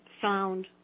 found